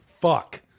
Fuck